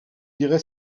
dirai